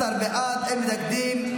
13 בעד, אין מתנגדים.